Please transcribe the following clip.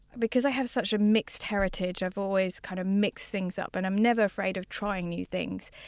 because i have such a mixed heritage, i've always kind of mixed things up. and i'm never afraid of trying new things.